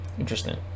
interesting